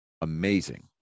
amazing